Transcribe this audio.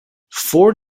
four